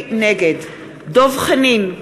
נגד דב חנין,